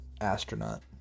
Astronaut